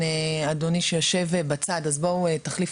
שלום